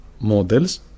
models